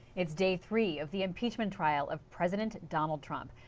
it's day three of the impeachment trial of president donald trump.